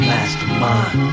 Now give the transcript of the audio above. Mastermind